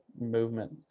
movement